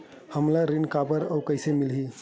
हमला ऋण काबर अउ कइसे मिलही?